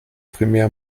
primär